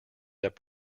that